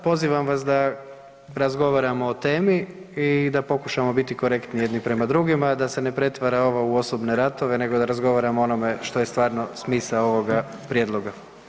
Pozivam vas da razgovaramo o temi i da pokušamo biti korektni jedni prema dugima, da se ne pretvara ovo u osobne ratove nego da razgovaramo o onome što je stvarno smisao ovoga prijedloga.